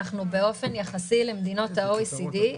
באופן יחסי למדינות ה-OECD,